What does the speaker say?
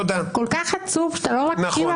כל כך עצוב שאתה אף פעם לא מקשיב.